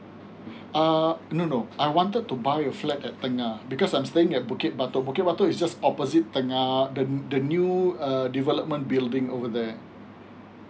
uh no no I wanted to buy a flat at tengah because I'm staying at bukit batok bukit batok is just opposite tengah the the new err development building over then